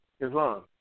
Islam